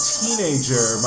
teenager